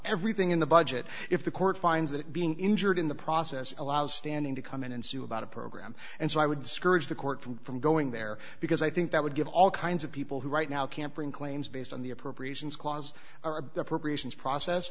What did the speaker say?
everything in the budget if the court finds that being injured in the process allows standing to come in and sue about a program and so i would discourage the court from from going there because i think that would give all kinds of people who right now can't bring claims based on the appropriations clause or the appropriations process